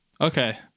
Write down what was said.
okay